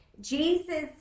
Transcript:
Jesus